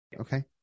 Okay